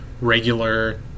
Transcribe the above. regular